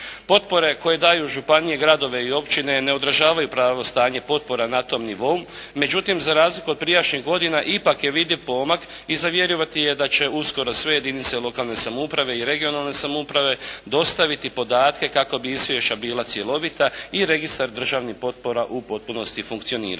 Potpore koje daju županije, gradove i općine ne odražavaju pravo stanje potpora na tom nivou. Međutim, za razliku od prijašnjih godina ipak je vidljiv pomak i za vjerovati je da će uskoro sve jedinice lokalne samouprave dostaviti podatke kako bi izvješća bila cjelovita i registar državnih potpora u potpunosti funkcionirao.